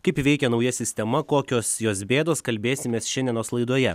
kaip veikia nauja sistema kokios jos bėdos kalbėsimės šiandienos laidoje